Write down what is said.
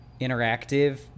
interactive